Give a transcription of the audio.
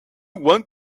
want